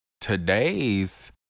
today's